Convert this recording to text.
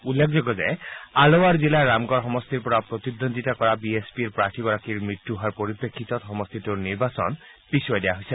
উল্লেখযোগ্য যে আলোৱাৰ জিলাৰ ৰামগড় সমষ্টিৰ পৰা প্ৰতিদ্দন্দ্বিতা কৰা বি এছ পিৰ প্ৰাৰ্থীগৰাকীৰ মৃত্যু হোৱাৰ পৰিপ্ৰেক্ষিতত সমষ্টিটোৰ নিৰ্বাচন পিচুৱাই দিয়া হৈছে